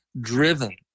driven